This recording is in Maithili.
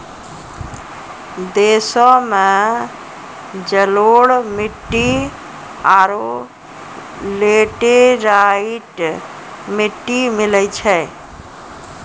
देशो मे जलोढ़ मट्टी आरु लेटेराइट मट्टी मिलै छै